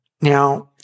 now